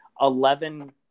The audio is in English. Eleven